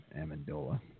Amendola